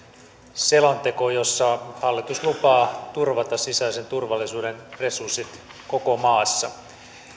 selonteko jossa hallitus lupaa turvata sisäisen turvallisuuden resurssit koko maassa